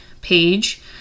page